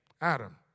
Adam